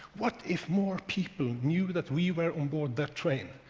what if more people knew that we were on board that train?